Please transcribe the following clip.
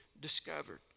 discovered